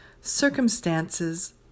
Circumstances